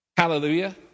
Hallelujah